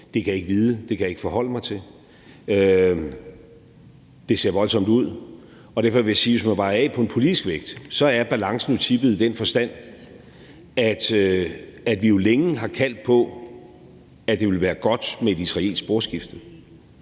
det kan jeg ikke vide og det kan jeg ikke forholde mig til; det ser voldsomt ud. Derfor vil jeg sige, at hvis man vejer af på en politisk vægt, så er balancen tippet i den forstand, at vi jo længe har kaldt på, at det ville være godt med et israelsk sporskifte,